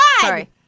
Sorry